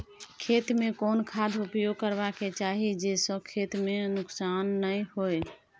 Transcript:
खेत में कोन खाद उपयोग करबा के चाही जे स खेत में नुकसान नैय होय?